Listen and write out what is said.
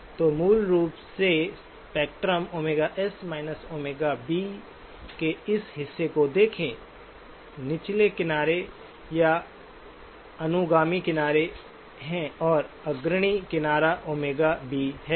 तो मूल रूप से स्पेक्ट्रम Ωs−ΩB के इस हिस्से को देखें निचले किनारे या अनुगामी किनारे है और अग्रणी किनारा ओमेगा बी है